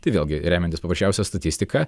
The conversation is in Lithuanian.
tai vėlgi remiantis paprasčiausia statistika